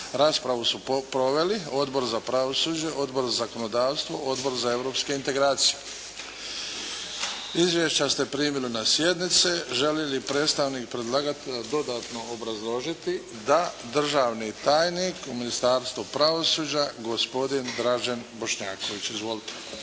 Raspravu su proveli Odbor za pravosuđe, Odbor za zakonodavstvo, Odbor za europske integracije. Izvješća ste primili na sjednici. Želi li predstavnik predlagatelja dodatno obrazložiti? Da. Državni tajnik u Ministarstvu pravosuđa gospodin Dražen Bošnjaković. Izvolite.